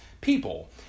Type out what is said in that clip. people